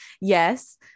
Yes